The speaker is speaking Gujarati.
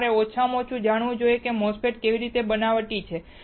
કે તમારે ઓછામાં ઓછું જાણવું જોઈએ કે MOSFET કેવી રીતે બનાવટી છે